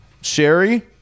Sherry